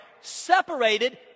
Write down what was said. separated